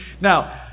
Now